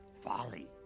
folly